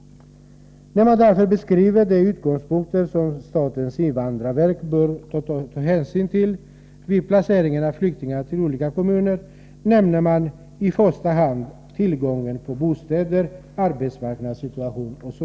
När man utvecklar de utgångspunkter som statens invandrarverk bör ta hänsyn till vid placeringen av flyktingar i olika kommuner nämner man i första hand t.ex. tillgången på bostäder och arbetsmarknadssituationen.